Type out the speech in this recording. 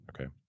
okay